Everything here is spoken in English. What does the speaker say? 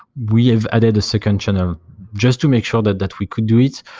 we have added a second channel just to make sure that that we could do it.